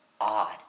odd